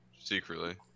secretly